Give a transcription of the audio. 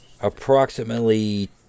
approximately